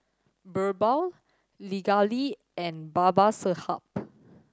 Birbal Pingali and Babasaheb